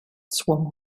swung